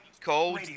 called